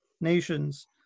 nations